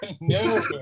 no